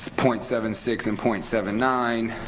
point seven six and point seven nine,